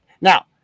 Now